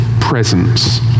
presence